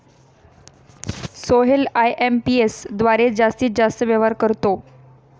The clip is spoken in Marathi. सोहेल आय.एम.पी.एस द्वारे जास्तीत जास्त व्यवहार करतो